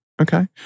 Okay